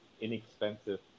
inexpensive